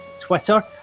Twitter